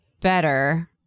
better